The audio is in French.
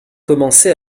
commencé